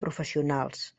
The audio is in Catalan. professionals